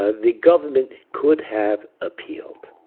ah the government could have appealed.